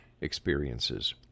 experiences